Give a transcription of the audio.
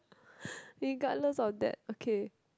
regardless of that okay